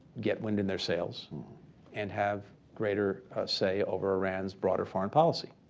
get wind in their sails and have greater say over iran's broader foreign policy.